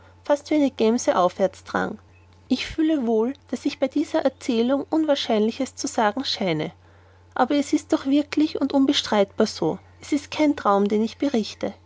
fast wie eine gemse aufwärts drang ich fühle wohl daß ich bei dieser erzählung unwahrscheinliches zu sagen scheine aber es ist doch wirklich und unbestreitbar so es ist kein traum den ich berichte